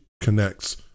connects